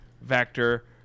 Vector